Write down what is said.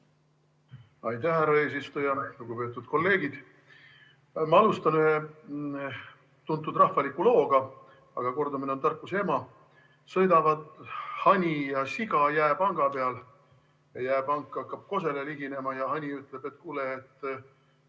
Aitäh, härra eesistuja! Lugupeetud kolleegid! Ma alustan ühe tuntud rahvaliku looga, aga kordamine on tarkuse ema. Sõidavad hani ja siga jääpanga peal. Jääpank hakkab kosele liginema ja hani ütleb, et kuule,